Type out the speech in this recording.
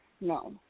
no